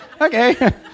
Okay